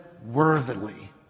Worthily